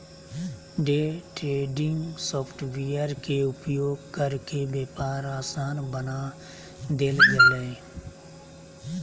day trading software के उपयोग करके व्यापार आसान बना देल गेलय